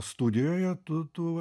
studijoje tu tu